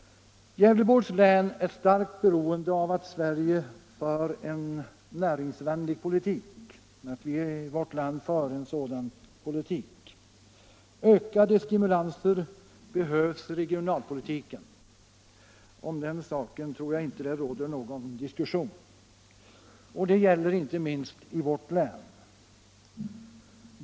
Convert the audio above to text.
Gävleborgs län är starkt beroende av att Sverige för en näringsvänlig politik. Ökade stimulanser behövs i regionalpolitiken — den saken tror jag inte behöver diskuteras — och det gäller inte minst i vårt län.